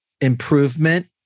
improvement